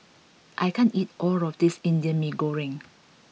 I can't eat all of this Indian Mee Goreng